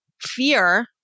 fear